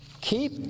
Keep